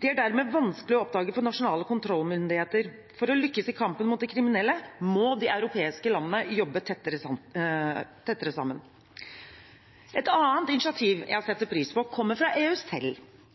De er dermed vanskelige å oppdage for nasjonale kontrollmyndigheter. For å lykkes i kampen mot de kriminelle må de europeiske landene jobbe tettere sammen. Et annet initiativ jeg setter pris på, kommer fra